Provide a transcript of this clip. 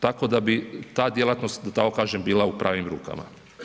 Tako da bi ta djelatnost da tako kažem bila u pravim rukama.